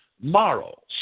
morals